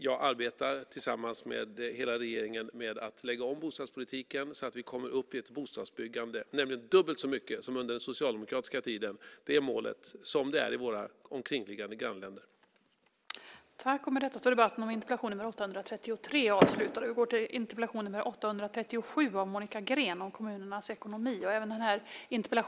Jag arbetar tillsammans med hela regeringen med att lägga om bostadspolitiken så att vi kommer upp i ett bostadsbyggande som är dubbelt så stort som under den socialdemokratiska tiden och lika stort som det är i våra omkringliggande grannländer. Det är målet.